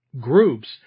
groups